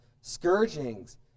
scourgings